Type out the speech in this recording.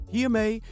Hiermee